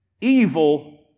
evil